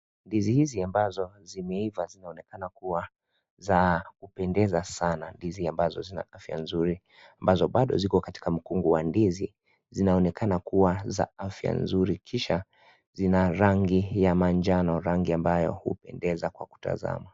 Ndizi hizi ambazo zimeiva zinaonekana kuwa za kupendeza sana ,ndizi ambazo zina afya nzuri ambazo bado ziko katika mkungu wa ndizi. Zinaonekana kuwa za afya nzuri kisha, zina rangi ya manjano, rangi ambayo hupendeza kwa kutazama.